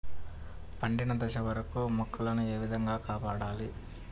పండిన దశ వరకు మొక్కల ను ఏ విధంగా కాపాడాలి?